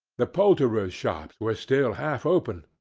the poulterers' shops were still half open,